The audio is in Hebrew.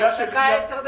הפסקה עשר דקות.